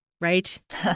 right